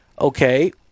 okay